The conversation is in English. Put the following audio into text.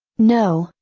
no,